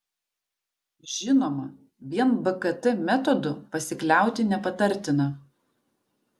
žinoma vien bkt metodu pasikliauti nepatartina